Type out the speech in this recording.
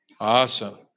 Awesome